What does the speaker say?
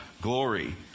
glory